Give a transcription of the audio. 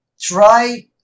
try